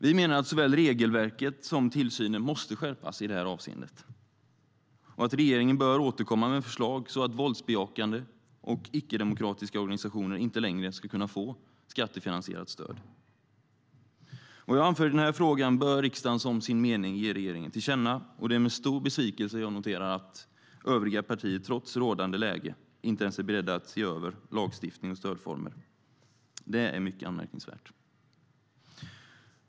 Vi menar att såväl regelverket som tillsynen måste skärpas i detta avseende och att regeringen bör återkomma med förslag om att våldsbejakande och icke-demokratiska organisationer inte längre ska kunna få skattefinansierat stöd. Vad jag anför i denna fråga bör riksdagen som sin mening ge regeringen till känna, och det är med stor besvikelse jag noterar att övriga partier, trots rådande läge, inte ens är beredda att se över lagstiftning och stödformer. Det är mycket anmärkningsvärt.